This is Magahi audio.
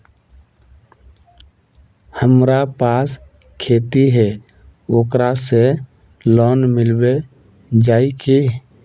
हमरा पास खेती है ओकरा से लोन मिलबे जाए की?